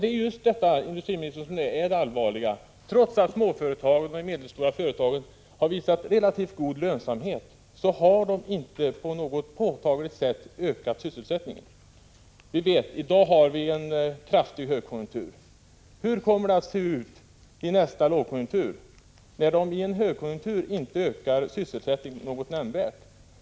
Det är just detta som är det allvarligaste: Trots att småföretagen och de medelstora företagen har visat relativt god lönsamhet har detta inte på något påtagligt sätt ökat sysselsättningen. I dag har vi en kraftig högkonjunktur. Hur kommer det att se ut i nästa lågkonjunktur, när företagen i en högkonjunktur inte ökar sysselsättningen något nämnvärt?